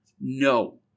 No